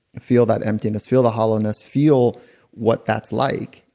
feel that emptiness. feel the hollowness. feel what that's like.